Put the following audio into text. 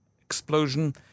explosion